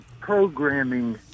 programming